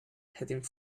heading